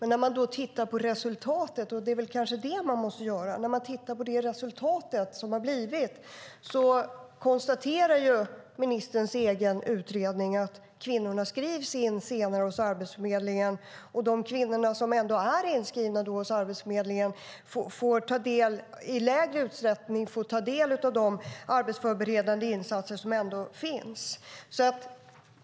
När man tittar på vad resultatet har blivit - och det är kanske det man måste göra - konstaterar ministerns egen utredning att kvinnorna skrivs in senare hos Arbetsförmedlingen. De kvinnor som är inskrivna där får i mindre utsträckning ta del av de arbetsförberedande insatser som ändå finns.